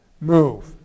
move